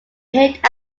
hit